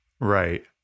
Right